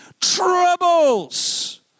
troubles